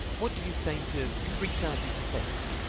what do you say to three-thousand pesetas?